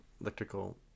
electrical